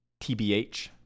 TBH